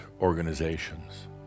organizations